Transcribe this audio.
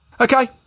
Okay